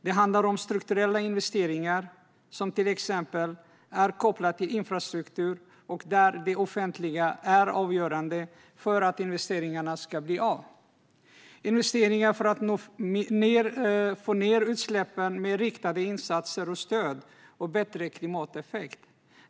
Det handlar om strukturella investeringar som till exempel är kopplade till infrastruktur och där det offentliga är avgörande för att investeringarna ska bli av. Det handlar om investeringar för att få ned utsläppen med riktade insatser och stöd för bättre klimateffekt.